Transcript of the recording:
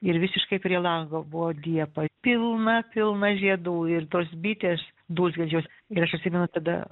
ir visiškai prie lango buvo liepa pilna pilna žiedų ir tos bitės dūzgiančios ir aš atsimenu tada